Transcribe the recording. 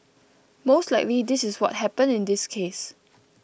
most likely this is what happened in this case